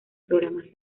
programas